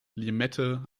limette